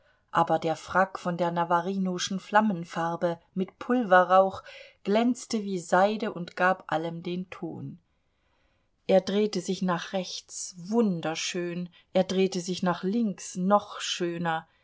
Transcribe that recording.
aber der frack von der navarinoschen flammenfarbe mit pulverrauch glänzte wie seide und gab allem den ton er drehte sich nach rechts wunderschön er drehte sich nach links noch schöner